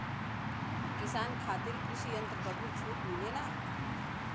किसान खातिर कृषि यंत्र पर भी छूट मिलेला?